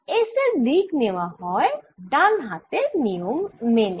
s এর দিক নেওয়া হয় ডান হাতের নিয়ম মেনে